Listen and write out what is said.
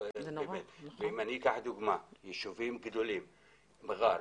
אם אני אקח כדוגמה ישובים גדולים כמו מרר,